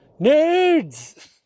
Nerds